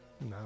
No